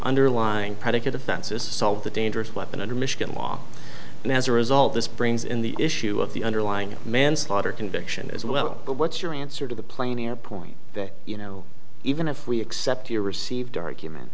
underlying predicate offenses to solve the dangerous weapon under michigan law and as a result this brings in the issue of the underlying manslaughter conviction as well but what's your answer to the plain air point that you know even if we accept your received argument